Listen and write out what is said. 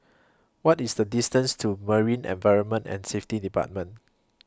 What IS The distance to Marine Environment and Safety department